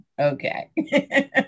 Okay